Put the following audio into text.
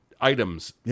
items